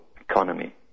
economy